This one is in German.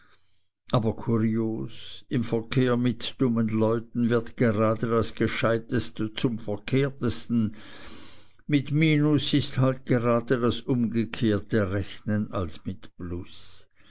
aber kurios im verkehr mit dummen leuten wird gerade das gescheuteste zum verkehrtesten mit minus ist halt gerade das umgekehrte rechnen als mit plus